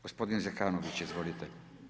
Gospodin Zekanović, izvolite.